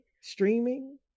streaming